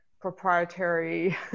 proprietary